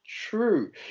True